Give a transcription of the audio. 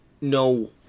no